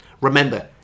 Remember